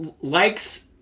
likes